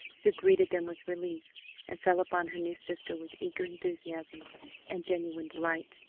who greeted them with relief and fell upon her new sister with eager enthusiasm and genuine delight.